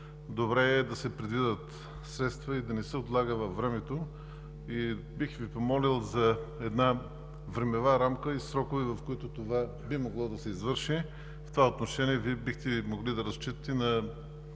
Добре е да се предвидят средства и да не се отлага във времето. Бих Ви помолил за една времева рамка и срокове, в които това би могло да се извърши. В това отношение Вие бихте ли могли да разчитате на